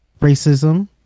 racism